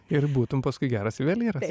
ir būtum paskui geras juvelyras